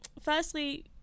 firstly